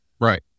Right